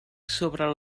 sobre